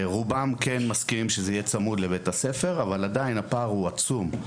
רובם מסכימים שזה יהיה צמוד לבית הספר אבל עדיין הפער הוא עצום,